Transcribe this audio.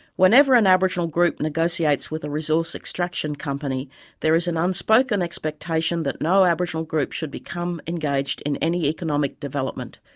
whenever an aboriginal group negotiates with a resource extraction company there is an unspoken expectation that no aboriginal group should become engaged in any economic development.